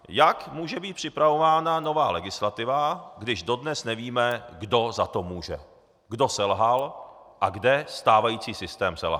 Jak může být připravováno nová legislativa, když dodnes nevíme, kdo za to může, kdo selhal a kde stávající systém selhal.